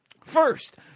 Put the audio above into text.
First